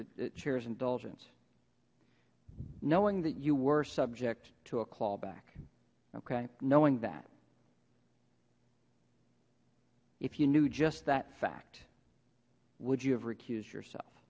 the chairs indulgence knowing that you were subject to a call back okay knowing that if you knew just that fact would you have recused yourself